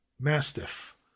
mastiff